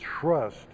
trust